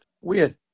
Weird